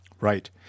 Right